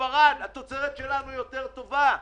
בספרד התוצרת שלנו יותר טובה,